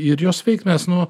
ir jos veiks nes nu